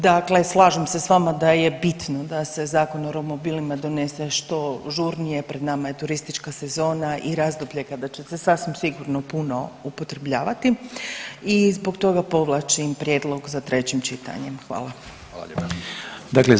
Dakle, slažem se s vama da je bitno da se zakon o romobilima donese što žurnije, pred nama je turistička sezona i razdoblje kada će se sasvim sigurno puno upotrebljavati i zbog toga povlačim prijedlog za trećim čitanjem.